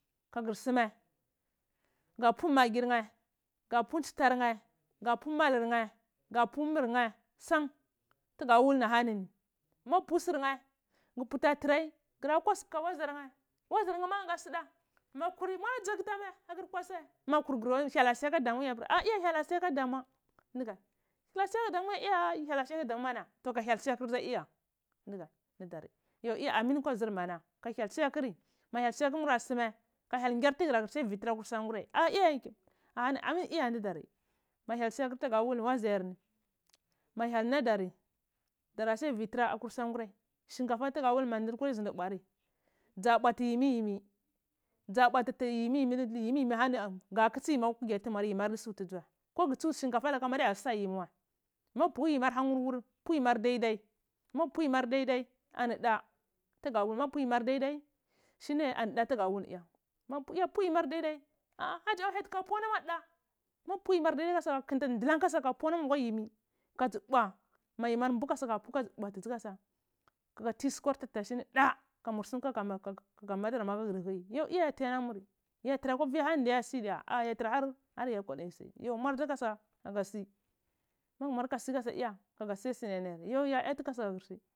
Ka gur suma ga pu magr nhen ga pu ncitar nheh ga pu malur mheh ga pu mur nhehshan tuga wul ahanuyi magupu surnai gu puti ata tray gaɗa kwasu kaka maɗar nheh mmaɗornheh ma ango suɗa ma kuri mur ɗzaktama agur kwasa makur hyel asiyakadamu wa pi a ya sal asiya kaɗumu ndiga hyel asiya kaɗamuya a hyela siya kɗamu amana hyel asiya koɗaml iya ndvari yo ka hyel siyakuri ma hyel siya kon mura som or ka hyeh nggar bugur bugorosi vi tura akwai sangurai mu hyel siyaku wziyarni ma hyel nadari dara sunwa vi tura akwi sangurai shinkafa ga wu fa madukura ndi vibi are dzaviti yimi yimi ɗza pwatigimiyimi ka kitsi yimir ni a hwi kuigar ni koga tsu shinkafa laka adiya sa yimi wai ma pu yimar hankur ga pu yimar dai dai ani da ma pu yimar dai dai shine ani dha tuga wul nhi magu ha pir iya pwanamur yimar ɗavaigu hapir ah ah hajja hyati ka pwi alamur yiminari dai da kasa gu kitssi ɗunlan teasa magu pwalamu atewa yimi ka ɗzi pw ana yimir ta mbuni ka ɗzi buta bwa kaga sukwar tatashai ni na kanur sum kaka madarma kamur nzir muri yo iya nti alamuri ya tara akwa vi ahani diya yatasi yo muardza kada kaga sti magu muar katsi wai kaga yabi sini yo yati iya kat sartsi.